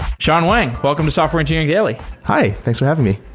shawn wang, welcome to software engineering daily hi. thanks for having me.